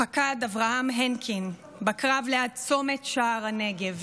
פקד אברהם הנקין בקרב ליד צומת שער הנגב.